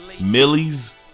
Millie's